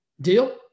Deal